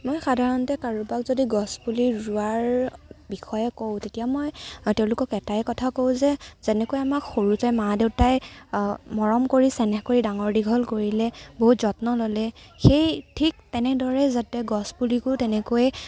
মই সাধাৰণতে কাৰোবাক যদি গছ পুলি ৰোৱাৰ বিষয়ে কওঁ তেতিয়া মই তেওঁলোকক এটাই কথা কওঁ যে যেনেকৈ আমাক সৰুতে মা দেউতাই মৰম কৰি চেনেহ কৰি ডাঙৰ দীঘল কৰিলে বহুত যত্ন ল'লে সেই ঠিক তেনেদৰে যাতে গছ পুলিকো তেনেকৈ